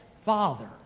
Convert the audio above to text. father